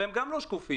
והם גם לא שקופים,